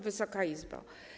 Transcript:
Wysoka Izbo!